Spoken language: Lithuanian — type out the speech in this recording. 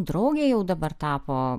draugė jau dabar tapo